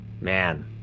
man